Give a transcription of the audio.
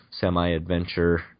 semi-adventure